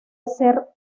hacer